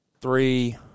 three